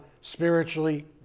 spiritually